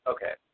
Okay